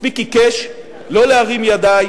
מספיק עיקש לא להרים ידיים